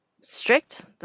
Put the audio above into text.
strict